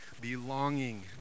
belonging